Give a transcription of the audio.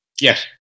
Yes